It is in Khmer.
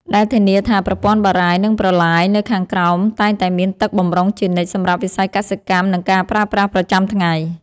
ដែលធានាថាប្រព័ន្ធបារាយណ៍ និងប្រឡាយនៅខាងក្រោមតែងតែមានទឹកបម្រុងជានិច្ចសម្រាប់វិស័យកសិកម្ម និងការប្រើប្រាស់ប្រចាំថ្ងៃ។